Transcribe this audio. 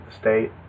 state